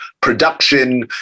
production